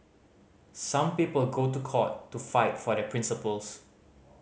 some people go to court to fight for their principles